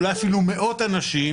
אולי אפילו מאות אנשים,